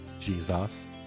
Jesus